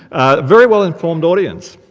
a very well-informed audience.